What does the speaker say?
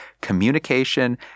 communication